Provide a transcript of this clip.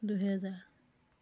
দুহেজাৰ